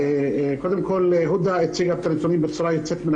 עבייד הציגה את הנתונים בצורה יוצאת מן